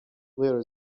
there